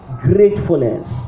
gratefulness